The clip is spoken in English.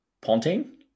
Ponting